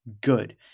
good